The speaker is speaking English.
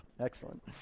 excellent